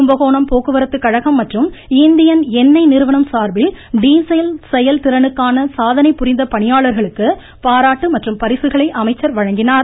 கும்பகோணம் போக்குவரத்துக் கழகம் மற்றும் இந்தியன் எண்ணெய் நிறுவனம் சார்பில் டீசல் செயல் திறனுக்காக சாதனை புரிந்த பணியாளர்களுக்கு பாராட்டு மற்றும் பரிசுகளை அமைச்சர் வழங்கினார்